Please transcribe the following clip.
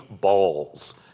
Balls